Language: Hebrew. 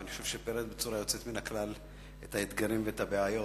ואני חושב שהוא פירט בצורה יוצאת מן הכלל את האתגרים ואת הבעיות.